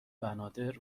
بنادر